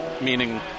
Meaning